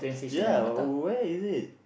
ya where is it